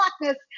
blackness